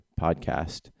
Podcast